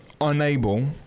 unable